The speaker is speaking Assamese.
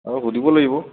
আৰু সুধিব লাগিব